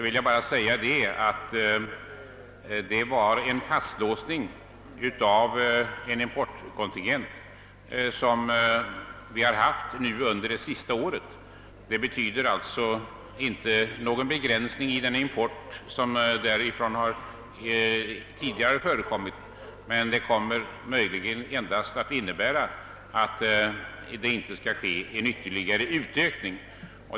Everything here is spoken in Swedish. I verkligheten gäller det en fastlåsning av en importkontingent som vi haft under det senaste året. Det betyder alltså inte någon begränsning i vad vi tidigare importerat därifrån. Det kommer möjligen att endast innebära att denna import inte skall ytterligare utökas.